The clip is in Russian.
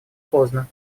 поздно